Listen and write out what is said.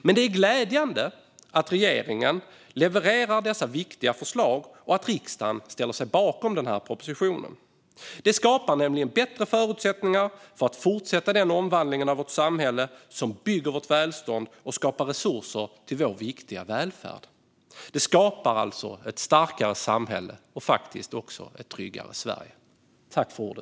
Men det är glädjande att regeringen levererar dessa viktiga förslag och att riksdagen ställer sig bakom propositionen. Det skapar bättre förutsättningar för att fortsätta den omvandling av vårt samhälle som bygger vårt välstånd och skapar resurser till vår viktiga välfärd. Det skapar ett starkare samhälle och också ett tryggare Sverige.